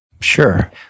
Sure